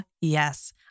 yes